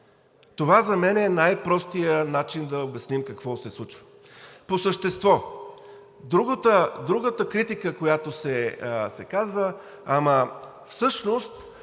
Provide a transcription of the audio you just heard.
Това за мен е най простият начин да обясним какво се случва. По същество. Другата критика, която се казва: „Ама всъщност